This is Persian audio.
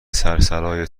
سرسرای